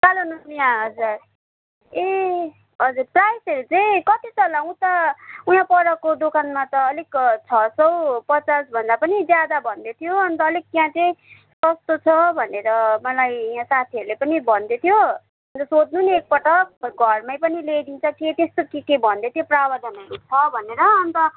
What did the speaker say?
कालो नुनिया हजर ए हजुर प्राइसहरू चाहिँ कति छ होला उता ऊ यहाँ परको दोकानमा त अलिक छ सौ पचासभन्दा पनि ज्यादा भन्दैथ्यो अन्त अलिक त्यहाँ चाहिँ सस्तो छ भनेर मलाई यहाँ साथीहरूले पनि भन्दैथ्यो र सोध्नु नि एकपटक घरमै पनि ल्याइदिन्छ के त्यस्तो के के भन्दैथ्यो प्रावधानहरू छ भनेर अन्त